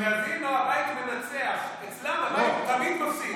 כי בקזינו הבית מנצח, אצלם הבית תמיד מפסיד.